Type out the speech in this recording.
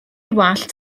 wallt